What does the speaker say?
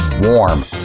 warm